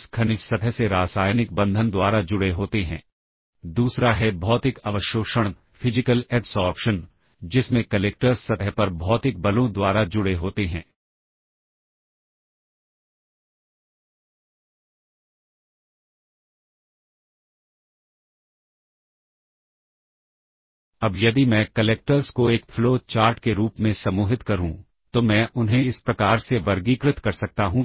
चुकी स्पेस को लेकर सवाल रहता है इसलिए प्रोग्राम को छोटा करने से हम काफी स्पेस बचा सकते हैं और यह एक सब रूटीन को काफी खास बनाता है और इसीलिए बजाय इसके की एक ही इंस्ट्रक्शन को हम बार बार रिपीट करें हम उन्हें एक साथ एक ही ग्रुप में डालते हैं जिसे सब रूटीन कहा जाता है और उन्हें हम अलग अलग जगह से कॉल करते